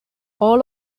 all